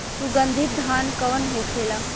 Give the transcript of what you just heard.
सुगन्धित धान कौन होखेला?